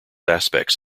aspects